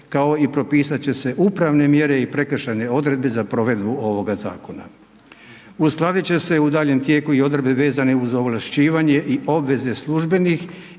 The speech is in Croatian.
kao i propisat će se upravne mjere i prekršajne odredbe za provedbu ovoga zakona. Uskladit će se u daljnjem tijeku i odredbe vezane uz ovlašćivanje i obveze službenih